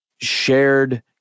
shared